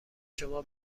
شما